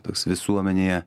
toks visuomenėje